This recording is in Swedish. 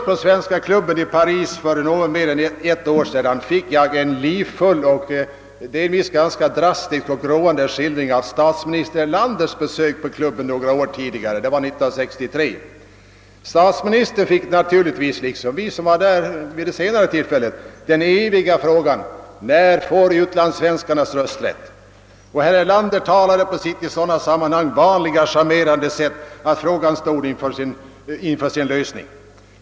Paris för något mer än ett år sedan fick jag en livfull och roande skildring av statsminister Erlanders besök på klubben några år tidigare, 1963. Statsministern fick naturligtvis liksom vi som var där senare den eviga frågan: När får utlandssvenskarna rösträtt? Herr Erlander talade på sitt i sådana sammanhang vanliga charmerande sätt om att frågan stod inför sin lösning.